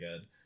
good